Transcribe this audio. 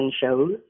shows